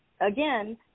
again